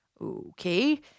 Okay